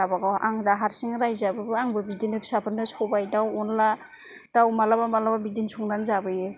गाबागाव आं दा हारसिं रायजो जाब्लाबो फिसाफोरनो सबाय दाउ अनद्ला दाउ मालाबा मालाबा बिदिनो संनानै जाबोयो